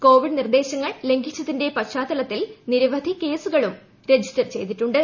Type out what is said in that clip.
Covid നിർദേശങ്ങൾ ലംഘിച്ചതിന്റെ പശ്ചാത്തലത്തിൽ നിരവധി കേസുകളും രജിസ്റ്റർ ചെയ്തിട്ടുണ്ട്